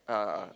a'ah